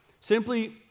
Simply